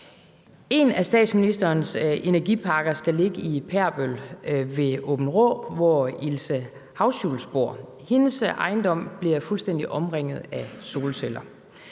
En af statsministerens energiparker skal ligge i Perbøl ved Aabenraa, hvor Ilse Hauschultz bor. Hendes ejendom bliver fuldstændig omringet af solceller.